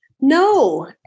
No